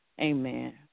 Amen